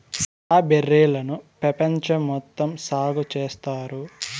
strawberry లను పెపంచం మొత్తం సాగు చేత్తారు